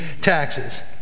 taxes